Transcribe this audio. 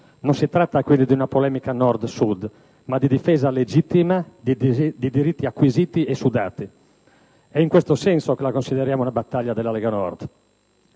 Non si tratta quindi di una polemica Nord-Sud, ma di difesa legittima di diritti acquisiti e sudati. È in questo senso che la consideriamo una battaglia della Lega Nord.